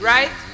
Right